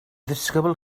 ddisgybl